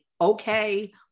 Okay